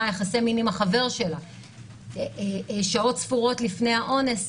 יחסי מין עם החבר שלה שעות ספורות לפני האונס,